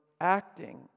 acting